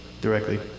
directly